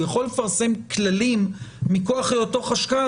הוא יכול לפרסם כללים מכוח היותו חשכ"ל,